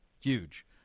Huge